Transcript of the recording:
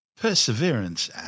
Perseverance